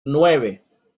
nueve